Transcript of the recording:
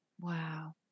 Wow